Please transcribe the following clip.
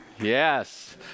Yes